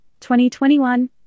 2021